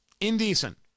indecent